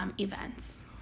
events